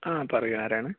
ആ പറയൂ ആരാണ്